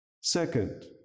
Second